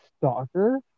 stalker